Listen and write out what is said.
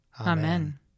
Amen